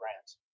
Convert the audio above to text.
brands